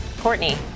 Courtney